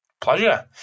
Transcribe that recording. Pleasure